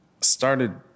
started